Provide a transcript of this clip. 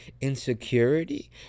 Insecurity